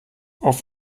auf